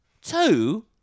Two